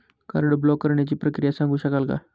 Card block करण्याची प्रक्रिया सांगू शकाल काय?